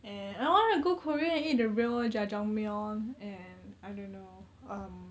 and I want to go korea and eat the real jajangmyeon and I don't know um